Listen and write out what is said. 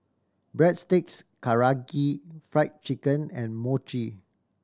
Breadsticks Karaage Fried Chicken and Mochi